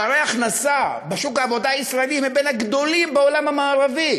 פערי ההכנסה בשוק העבודה הישראלי הם בין הגדולים בעולם המערבי.